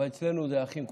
אבל אצלנו אחים כולם,